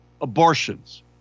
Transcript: abortions